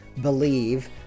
believe